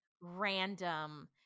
random